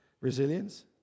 resilience